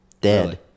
Dead